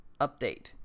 Update